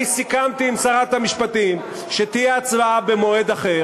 אני סיכמתי עם שרת המשפטים שתהיה הצבעה במועד אחר,